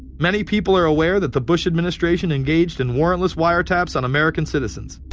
many people are aware that the bush administration engaged in warrantless wiretaps on american citizens.